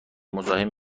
مزاحم